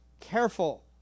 careful